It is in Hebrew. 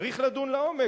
צריך לדון לעומק.